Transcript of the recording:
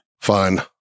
Fine